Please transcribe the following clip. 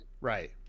Right